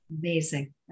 Amazing